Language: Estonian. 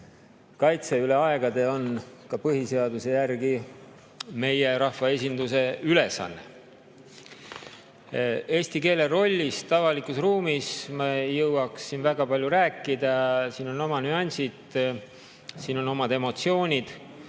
kaitse üle aegade on ka põhiseaduse järgi meie rahvaesinduse ülesanne. Eesti keele rollist avalikus ruumis ma ei jõua siin väga palju rääkida, siin on omad nüansid, siin on omad emotsioonid,